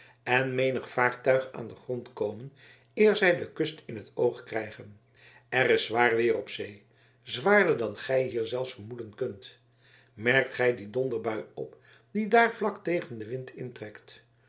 en menig vaartuig aan den grond komen eer zij de kust in t oog krijgen er is zwaar weer op zee zwaarder dan gij hier zelfs vermoeden kunt merkt gij die donderbui op die daar vlak tegen den wind intrekt